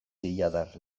deiadar